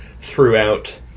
throughout